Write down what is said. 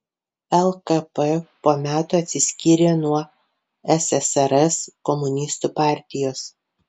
lkp po metų atsiskyrė nuo ssrs komunistų partijos